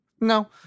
No